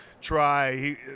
try